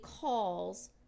calls